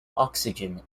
oxygen